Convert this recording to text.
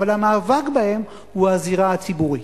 אבל המאבק בהם הוא הזירה הציבורית.